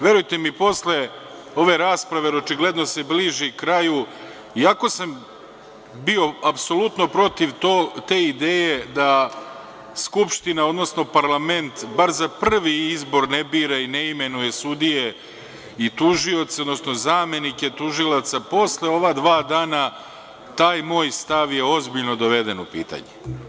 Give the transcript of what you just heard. Verujte mi, posle ove rasprave, jer očigledno se bliži kraju, iako sam bio apsolutno protiv te ideje da Skupština, odnosno parlament bar za prvi izbor ne bira i ne imenuje sudije i tužioce, odnosno zamenika tužilaca, posle ova dva dana taj moj stav je ozbiljno doveden u pitanje.